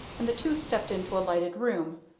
and the two stepped into a lighted room.